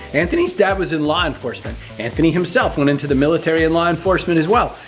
anthony's dad was in law enforcement. anthony himself went into the military and law enforcement as well.